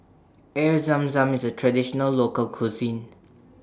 Air Zam Zam IS A Traditional Local Cuisine